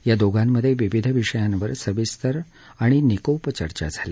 या दोघांमधे विविध विषयांवर सविस्तर निकोप चर्चा झाली